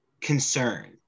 concern